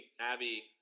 Abby